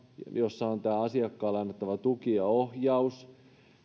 jossa on tämä asiakkaalle annettava tuki ja ohjaus